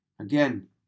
Again